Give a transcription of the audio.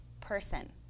person